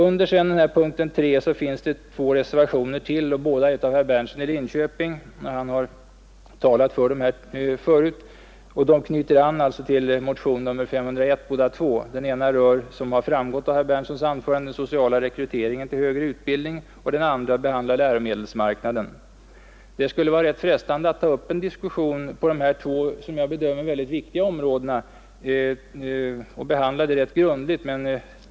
Under punkten 3 finns sedan ytterligare två reservationer, båda av herr Berndtson i Linköping och med anknytning till motionen 501. Han har tidigare talat för dessa reservationer Den ena rör, som har framgått av herr Berndtsons anförande, den sociala rekryteringen till högre utbild ning, och den andra behandlar läromedelsmarknaden. Det vore ytterligt frestande att ta upp dessa båda, som jag anser, viktiga områden till en grundlig behandling.